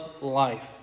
life